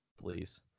please